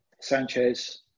Sanchez